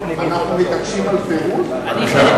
ואנחנו תוהים בינינו לבין עצמנו,